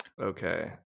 Okay